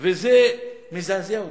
וזה מזעזע אותי.